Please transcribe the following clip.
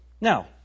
Now